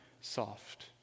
soft